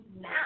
now